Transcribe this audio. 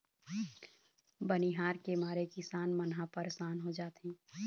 बनिहार के मारे किसान मन ह परसान हो जाथें